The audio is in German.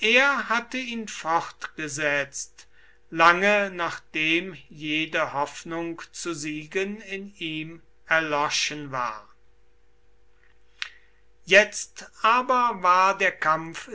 er hatte ihn fortgesetzt lange nachdem jede hoffnung zu siegen in ihm erloschen war jetzt aber war der kampf